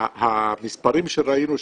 המספרים שראינו,